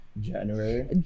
January